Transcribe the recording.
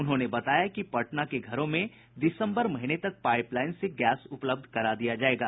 उन्होंने बताया कि पटना के घरों में दिसम्बर महीने तक पाईप लाईन से गैस उपलब्ध करा दिया जायेगा